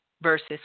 versus